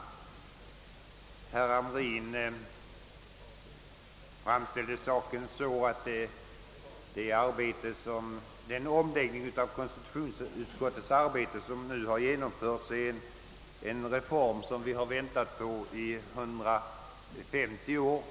Herr Hamrin i Jönköping framställde saken så, att den omläggning av konstitutionsutskottets arbete som nu har genomförts är en reform som vi väntat på i 150 år.